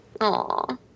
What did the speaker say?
Aw